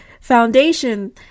foundation